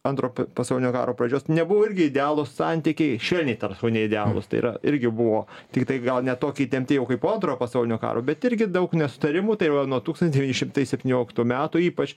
antro pasaulinio karo pradžios nebuvo irgi idealūs santykiai švelniai tariant neįdealūs tai yra irgi buvo tiktai gal ne tokie įtempti jau kaip po antro pasaulinio karo bet irgi daug nesutarimų tai va nuo tūkstantis devyni šimtai septynioliktų metų ypač